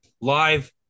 live